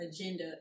agenda